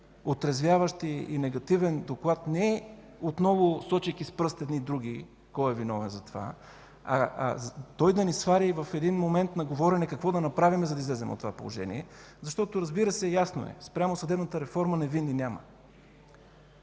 отразяващ и негативен доклад не отново, сочейки с пръст едни други кой е виновен за това, а той да ни свари в момент на говорене какво да направим, за да излезем от това положение. Разбира се, ясно е, че спрямо съдебната реформа невинни няма